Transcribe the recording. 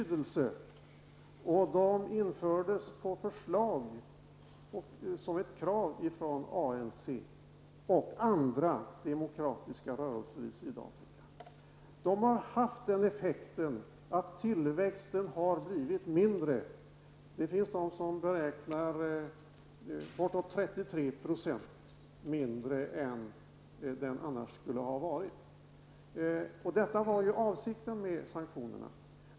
Det förekommer en tillväxt i De har haft den effekten att tillväxten har blivit mindre. Det finns beräkningar som tyder på att den har blivit bortåt 33 % mindre än den annars skulle ha varit. Detta var avsikten med sanktionerna.